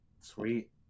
sweet